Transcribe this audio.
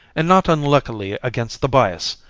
and not unluckily against the bias.